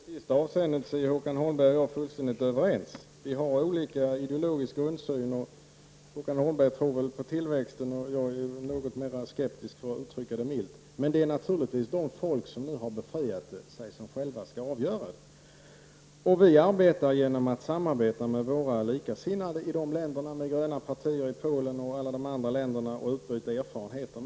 Herr talman! I det sistnämnda avseendet är Håkan Holmberg och jag fullständigt överens. Vi har olika ideologisk grundsyn. Håkan Holmberg tror väl på tillväxten, och jag är något mer skeptisk, för att uttrycka det milt. Men det är naturligtvis de folk som nu har befriat sig som själva skall avgöra. Vi arbetar genom att samarbeta med våra likasinnade i dessa länder, alltså med de gröna partierna i Polen och andra länder, och utbyta erfarenheter.